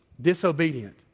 disobedient